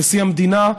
נשיא המדינה,